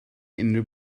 unrhyw